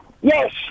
Yes